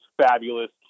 fabulous